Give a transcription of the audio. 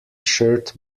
shirt